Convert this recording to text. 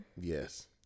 Yes